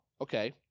Okay